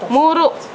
ಮೂರು